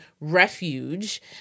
refuge